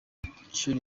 ishuri